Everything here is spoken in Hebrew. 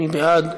מי בעד?